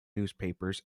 newspapers